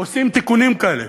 עושים תיקונים כאלה.